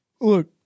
look